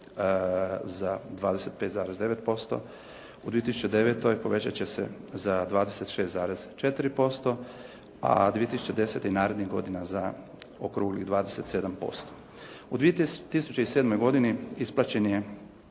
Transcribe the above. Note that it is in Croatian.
za 25,9%, u 2009. povećat će se za 26,4% a 2010. i narednih godina za okruglih 27%. U 2007. godini isplaćen je